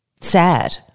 sad